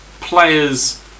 players